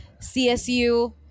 CSU